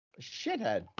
Shithead